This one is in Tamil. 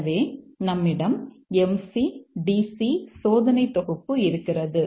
எனவே நம்மிடம் MC DC சோதனை தொகுப்பு இருக்கிறது